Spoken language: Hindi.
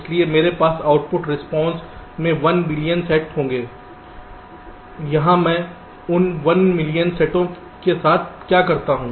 इसलिए मेरे पास आउटपुट रिस्पांसस के 1 बिलियन सेट होंगे यहां मैं उन 1 मिलियन सेटों के साथ क्या करता हूं